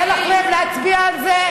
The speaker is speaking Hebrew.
יהיה לך לב להצביע על זה?